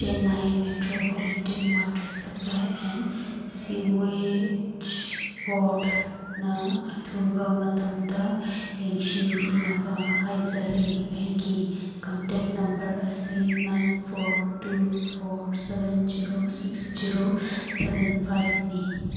Chennai metropolitan water supply and sewage ꯄꯣꯔꯠꯅ ꯑꯊꯨꯕ ꯃꯇꯝꯗ ꯌꯦꯡꯁꯤꯟꯕꯤꯅꯕ ꯍꯥꯏꯖꯔꯤ ꯑꯩꯒꯤ ꯀꯟꯇꯦꯛ ꯅꯝꯕꯔ ꯑꯁꯤ nine four two four seven zero six zero seven ꯐꯥꯏꯕꯅꯤ